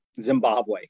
Zimbabwe